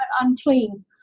unclean